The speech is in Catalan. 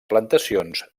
plantacions